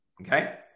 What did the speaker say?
okay